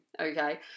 okay